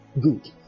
Good